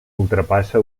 ultrapassa